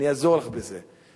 אני אעזור לך בזה,